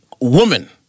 Woman